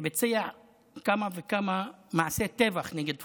שביצע כמה וכמה מעשי טבח נגד פלסטינים,